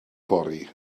fory